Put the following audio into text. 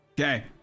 Okay